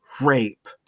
rape